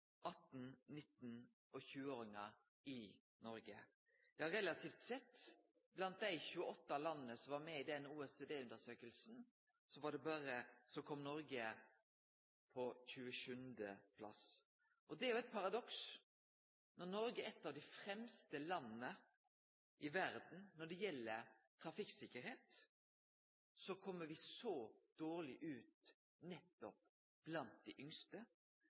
18-, 19- og 20-åringar i Noreg. Relativt sett, blant dei 28 landa som var med i den OECD-undersøkinga, kom Noreg på 27. plass. Det er eit paradoks at når Noreg er eit av dei fremste landa i verda når det gjeld trafikksikkerheit, kjem me så dårleg ut nettopp blant dei yngste.